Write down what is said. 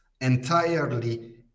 entirely